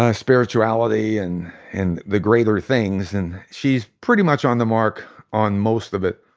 ah spirituality and and the greater things, and she's pretty much on the mark on most of it.